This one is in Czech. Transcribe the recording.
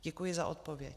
Děkuji za odpověď.